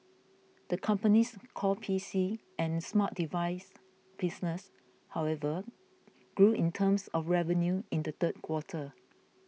the company's core P C and smart device business however grew in terms of revenue in the third quarter